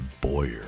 Boyer